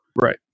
Right